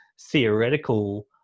theoretical